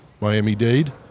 Miami-Dade